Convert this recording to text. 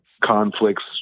conflicts